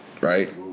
Right